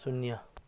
शून्य